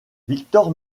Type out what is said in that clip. victor